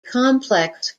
complex